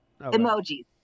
Emojis